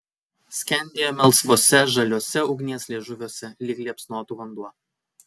skendėjo melsvuose žaliuose ugnies liežuviuose lyg liepsnotų vanduo